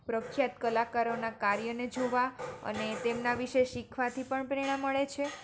પ્રખ્યાત કલાકારોના કાર્યને જોવા અને તેમના વિષે શિખવાથી પણ પ્રેરણા મળે છે